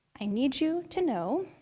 i need you to know,